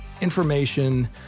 information